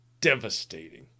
devastating